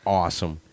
awesome